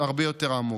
הרבה יותר עמוק.